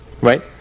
right